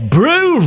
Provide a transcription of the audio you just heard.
Brew